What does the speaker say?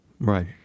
Right